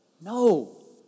No